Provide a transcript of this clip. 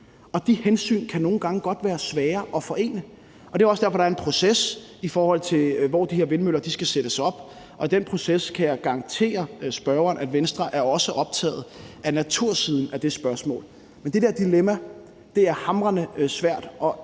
og de hensyn kan nogle gange godt være svære at forene. Det er også derfor, der er en proces, i forhold til hvor de her vindmøller skal sættes op, og i den proces kan jeg garantere spørgeren, at Venstre også er optaget af natursiden i det spørgsmål. Men det der dilemma er hamrende svært,